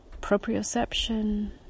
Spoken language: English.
proprioception